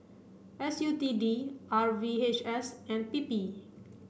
S U T D R V H S and P P